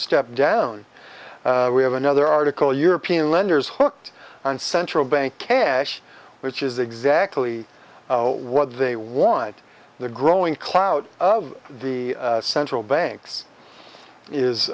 step down we have another article european lenders hooked on central bank cash which is exactly what they want the growing clout of the central banks